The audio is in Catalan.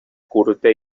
curta